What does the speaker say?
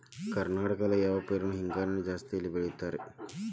ಕರ್ನಾಟಕದಲ್ಲಿ ಯಾವ ಪೈರನ್ನು ಹಿಂಗಾರಿನಲ್ಲಿ ಜಾಸ್ತಿ ಬೆಳೆಯುತ್ತಾರೆ?